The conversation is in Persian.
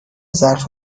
ظرف